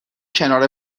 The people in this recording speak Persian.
کنار